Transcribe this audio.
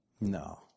No